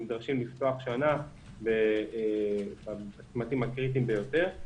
שנדרשים לפתוח שנה בצמתים הקריטיים ביותר.